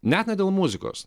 net ne dėl muzikos